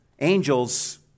Angels